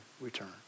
return